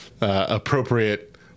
appropriate